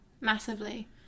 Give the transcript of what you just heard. massively